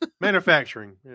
Manufacturing